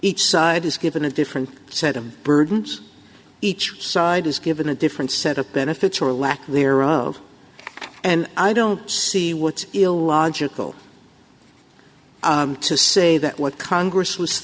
each side is given a different set of burdens each side is given a different set of benefits or lack thereof and i don't see what's illogical to say that what congress was